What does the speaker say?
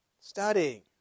studying